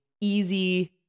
easy